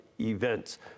events